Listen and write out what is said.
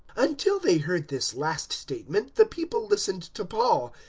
until they heard this last statement the people listened to paul,